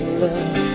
love